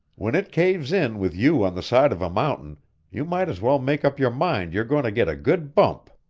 when it caves in with you on the side of a mountain you might as well make up your mind you're going to get a good bump.